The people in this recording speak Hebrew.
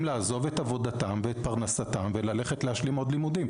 לעזוב את עבודתם ואת פרנסתם וללכת להשלים עוד לימודים.